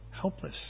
helpless